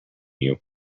you